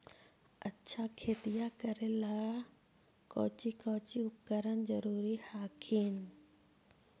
अच्छा खेतिया करे ला कौची कौची उपकरण जरूरी हखिन?